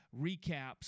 recaps